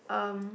um